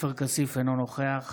עופר כסיף, אינו נוכח